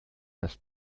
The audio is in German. das